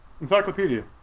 Encyclopedia